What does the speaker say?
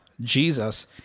jesus